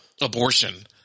abortion